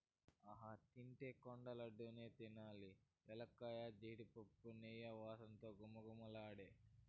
ఆహా తింటే కొండ లడ్డూ నే తినాలి ఎలక్కాయ, జీడిపప్పు, నెయ్యి వాసనతో ఘుమఘుమలాడే